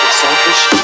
selfish